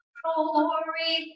glory